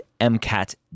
MCAT